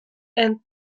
and